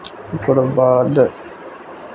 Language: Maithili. ओकर बाद